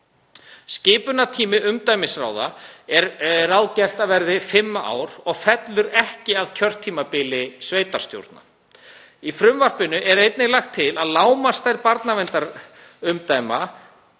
Skipunartími umdæmisráða er ráðgert að verði fimm ár og fellur ekki að kjörtímabili sveitarstjórnar. Í frumvarpinu er einnig lagt til að lágmarksstærð barnaverndarumdæma